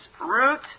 root